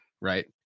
right